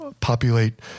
populate